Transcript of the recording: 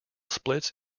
splits